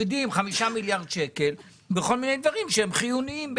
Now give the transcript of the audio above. מורידים 5 מיליארד שקל בכל מיני דברים שהם חיוניים?